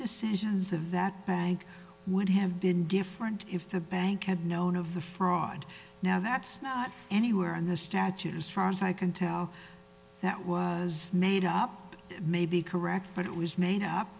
decisions of that bag would have been different if the bank had known of the fraud now that's not anywhere in the statute as far as i can tell that was made up may be correct but it was made up